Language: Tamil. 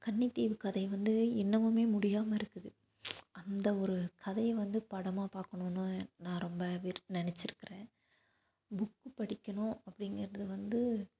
கன்னித்தீவு கதையை வந்து இன்னமுமே முடியாமல் இருக்குது அந்த ஒரு கதையை வந்து படமாக பார்க்குனுன்னு நான் ரொம்ப வி நினச்சிருக்குறேன் புக்கு படிக்கணும் அப்படிங்கிறது வந்து